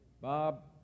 Bob